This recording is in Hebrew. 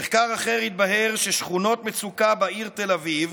במחקר אחר התבהר ששכונות מצוקה בעיר תל אביב,